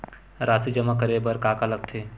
राशि जमा करे बर का का लगथे?